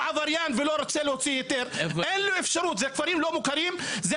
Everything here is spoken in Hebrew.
אלה כפרים לא מוכרים,